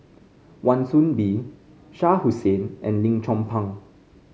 Wan Soon Bee Shah Hussain and Lim Chong Pang